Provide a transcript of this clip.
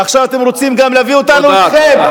ועכשיו אתם רוצים גם להביא אותנו אתכם.